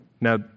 Now